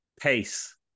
Pace